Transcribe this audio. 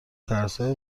ترسهای